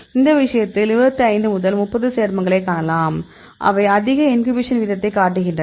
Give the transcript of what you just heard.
அந்த விஷயத்தில் 25 முதல் 30 சேர்மங்களைக் காணலாம் அவை அதிக இன்ஹிபிஷன் வீதத்தைக் காட்டுகின்றன